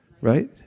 right